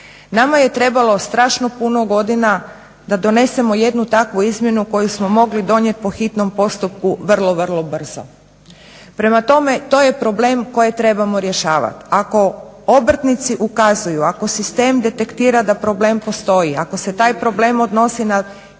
Nama je trebalo strašno puno godina da donesemo jednu takvu izmjenu koju smo mogli donijeti po hitnom postupku vrlo, vrlo brzo. Prema tome to je problem koji trebamo rješavati. Ako obrtnici ukazuju, ako sistem detektira da problem postoji ako se taj problem odnosi na